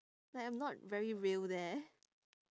like I'm not very real there